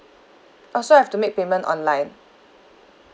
oh so I have to make payment online